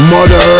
Mother